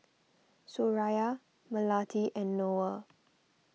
Suraya Melati and Noah